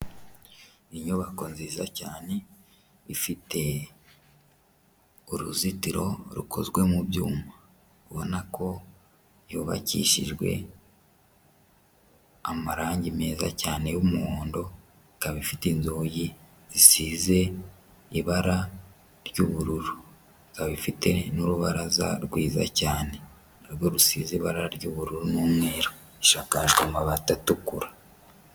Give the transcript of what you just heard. Inyubako nziza cyane ifite uruzitiro rukozwe mu byuma, ubona ko yubakishijwe amarangi meza cyane y'umuhondo, ikaba ifite inzugi zisize ibara ry'ubururu, ikaba ifite n'urubaraza rwiza cyane na rwo rusize ibara ry'ubururu n'umweru, ishakaje amabati atukura.